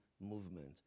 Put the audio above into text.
movement